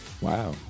wow